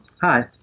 Hi